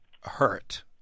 hurt